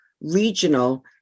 regional